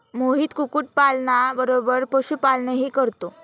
मोहित कुक्कुटपालना बरोबर पशुपालनही करतो